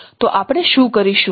તો આપણે શું કરીશું